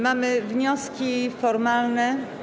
Mamy wnioski formalne.